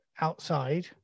outside